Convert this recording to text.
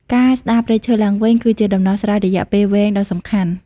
ការស្តារព្រៃឈើឡើងវិញ គឺជាដំណោះស្រាយរយៈពេលវែងដ៏សំខាន់។